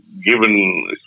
given